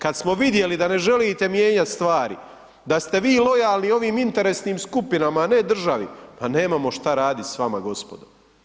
Kada smo vidjeli da ne želite mijenjati stvari, da ste vi lojalni ovim interesnim skupinama, a ne državi pa nemamo šta raditi s vama gospodo.